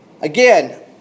Again